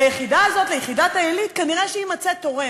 ליחידה הזאת, ליחידת העילית, כנראה יימצא תורם.